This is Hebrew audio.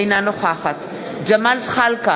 אינה נוכחת ג'מאל זחאלקה,